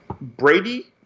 Brady